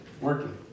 working